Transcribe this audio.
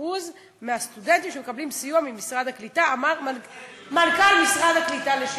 30% מהסטודנטים שמקבלים סיוע ממשרד הקליטה,